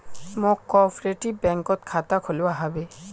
मौक कॉपरेटिव बैंकत खाता खोलवा हबे